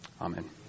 Amen